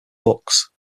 books